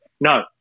No